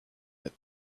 that